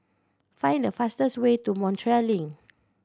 find the fastest way to Montreal Link